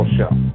Show